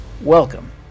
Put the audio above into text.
Welcome